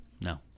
No